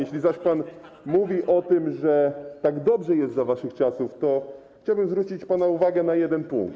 Jeśli pan mówi o tym, że tak dobrze jest za waszych czasów, chciałbym zwrócić pana uwagę na jeden punkt.